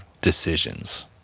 decisions